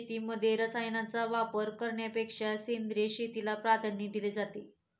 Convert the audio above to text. शेतीमध्ये रसायनांचा वापर करण्यापेक्षा सेंद्रिय शेतीला प्राधान्य दिले जाते